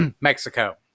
Mexico